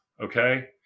Okay